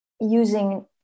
using